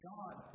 God